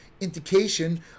indication